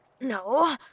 No